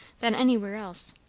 than anywhere else.